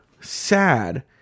sad